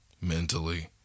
mentally